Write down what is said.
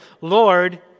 Lord